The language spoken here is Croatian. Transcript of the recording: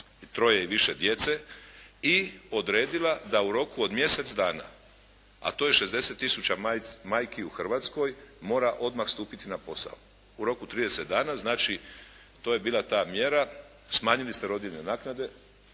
troje i više djece i odredila da u roku od mjesec dana a to je 60 tisuća majki u Hrvatskoj mora odmah stupiti na posao, u roku trideset dana. Znači, to je bila ta mjera, smanjili ste rodiljne naknade.